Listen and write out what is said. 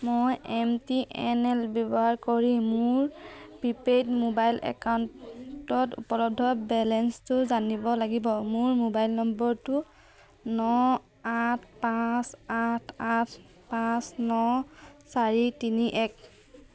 মই MTNL ব্যৱহাৰ কৰি মোৰ প্ৰিপেইড মোবাইল একাউণ্টত উপলব্ধ বেলেন্সটো জানিব লাগিব মোৰ মোবাইল নম্বৰটো ন আঠ পাঁচ আঠ আঠ পাঁচ ন চাৰি তিনি এক